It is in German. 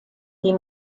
die